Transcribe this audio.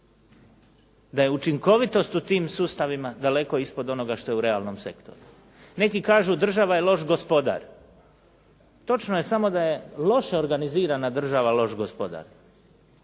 da je učinkovitost u tim sustavima daleko ispod onoga što je u realnom sektoru. Neki kažu, država je loš gospodar. Točno je samo da je loše organizirana država loš gospodar.